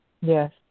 Yes